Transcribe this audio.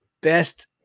best